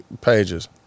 pages